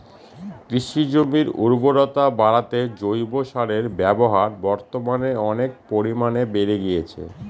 কৃষিজমির উর্বরতা বাড়াতে জৈব সারের ব্যবহার বর্তমানে অনেক পরিমানে বেড়ে গিয়েছে